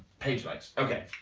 page likes. ok